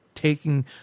taking